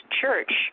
church